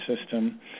system